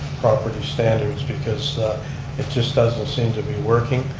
property standards, because it just doesn't seem to be working.